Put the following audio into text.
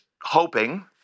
hoping